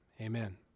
amen